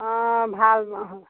অ ভাল মহো